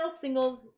singles